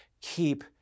Keep